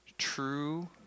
true